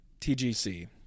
TGC